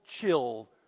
chill